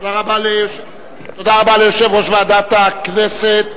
תודה רבה ליושב-ראש ועדת הכנסת.